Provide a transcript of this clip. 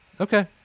Okay